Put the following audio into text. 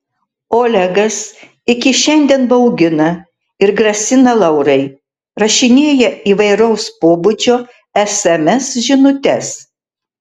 olegas iki šiandien baugina ir grasina laurai rašinėja įvairaus pobūdžio sms žinutes